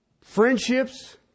friendships